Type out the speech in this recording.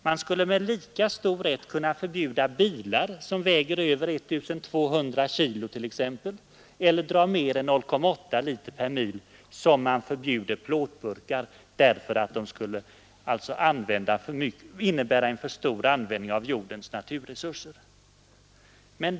Man skulle med lika stor rätt kunna förbjuda bilar som väger över 1 200 kg t.ex. eller drar mer än 0,8 liter per mil som man förbjuder plåtburkar därför att de skulle innebära en för stor användning av jordens naturresurser.